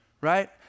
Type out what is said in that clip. right